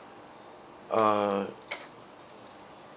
uh